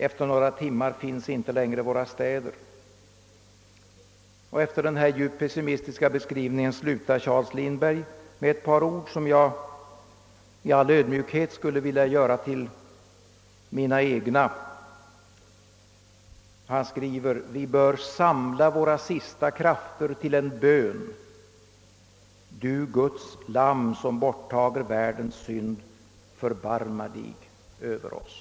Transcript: Efter några timmar finns inte längre våra städer.» Efter denna djupt pessimistiska beskrivning slutar Charles Lindbergh med ett par ord, som jag i all ödmjukhet också skulle vilja göra till mina: »Vi bör samla våra sista krafter till en bön: Du Guds lamm, som borttager världens synd, förbarma Dig över oss.»